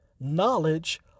knowledge